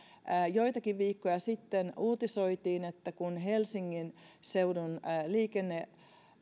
joitakin viikkoja sitten uutisoitiin että kun helsingin seudun liikennelaitos